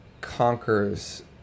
conquers